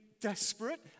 desperate